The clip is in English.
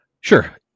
Sure